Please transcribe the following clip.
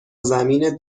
زمین